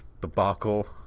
debacle